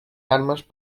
armes